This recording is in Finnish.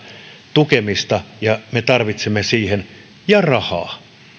tukemista ja me tarvitsemme siihen rahaa